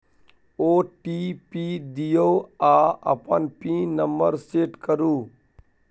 OTP दियौ आ अपन पिन नंबर सेट करु